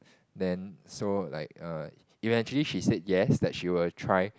then so like err eventually she said yes that she will try